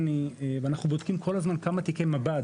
אנחנו בודקים כל הזמן כמה תיקי מב"ד,